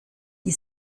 die